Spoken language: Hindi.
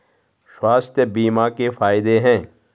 स्वास्थ्य बीमा के फायदे हैं?